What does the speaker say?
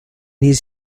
his